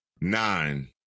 nine